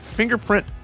Fingerprint